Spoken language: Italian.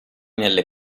nelle